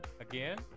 again